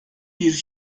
bir